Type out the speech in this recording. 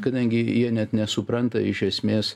kadangi jie net nesupranta iš esmės